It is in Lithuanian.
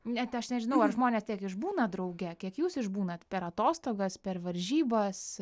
net aš nežinau ar žmonės tiek išbūna drauge kiek jūs išbūnat per atostogas per varžybas